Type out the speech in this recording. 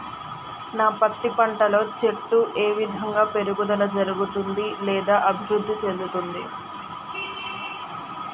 నా పత్తి పంట లో చెట్టు ఏ విధంగా పెరుగుదల జరుగుతుంది లేదా అభివృద్ధి చెందుతుంది?